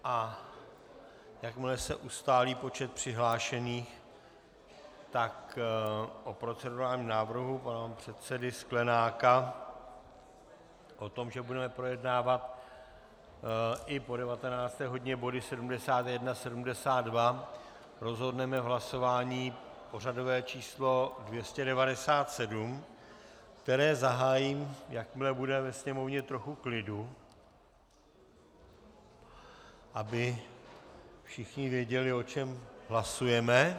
A jakmile se ustálí počet přihlášených, tak o procedurálním návrhu pana předsedy Sklenáka o tom, že budeme projednávat i po 19. hodině body 71 a 72, rozhodneme v hlasování pořadové číslo dvě stě devadesát sedm, které zahájím, jakmile bude ve Sněmovně trochu klidu, aby všichni věděli, o čem hlasujeme.